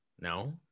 No